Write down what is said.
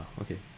Okay